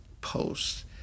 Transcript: post